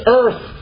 earth